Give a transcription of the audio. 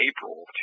April